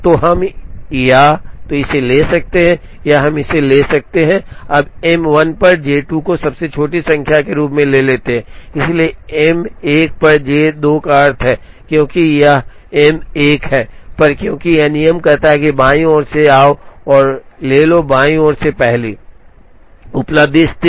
तो हम या तो इसे ले सकते हैं या हम इसे ले सकते हैं अब M 1 पर J 2 को सबसे छोटी संख्या के रूप में लेते हैं इसलिए M 1 पर J 2 का अर्थ है क्योंकि यह M 1 पर है क्योंकि नियम कहता है कि बाईं ओर से आओ और ले लो बाईं ओर से पहली उपलब्ध स्थिति